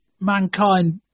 mankind